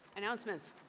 announcements?